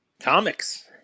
Comics